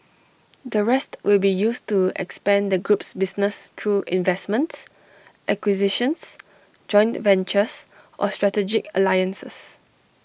the rest will be used to expand the group's business through investments acquisitions joint ventures or strategic alliances